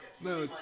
no